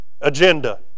agenda